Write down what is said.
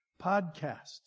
podcasts